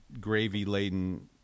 gravy-laden